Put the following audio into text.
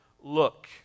look